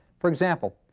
for example,